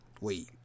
wait